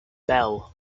belle